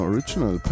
Original